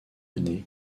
année